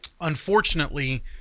Unfortunately